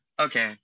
Okay